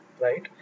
right